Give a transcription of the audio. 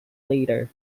later